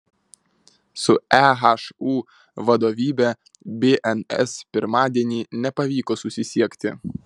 su ehu vadovybe bns pirmadienį nepavyko susisiekti